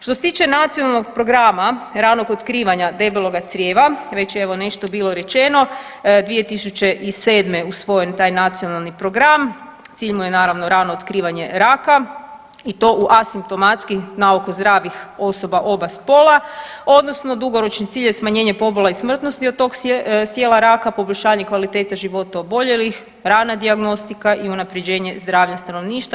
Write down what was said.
Što se tiče Nacionalnog programa ranog otkrivanja debeloga crijeva već je evo nešto bilo rečeno 2007. je usvojen taj nacionalni program, cilj mu je naravno rano otkrivanje raka i to u asimptomatski naoko zdravih osoba oba spola odnosno dugoročni cilj je smanjenje pobola i smrtnosti od tog sijela raka, poboljšanje kvalitete života oboljelih, rana dijagnostika i unapređenje zdravlja stanovništva.